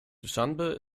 duschanbe